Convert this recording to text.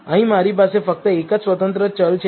અહીં મારી પાસે ફક્ત એક જ સ્વતંત્ર ચલ છે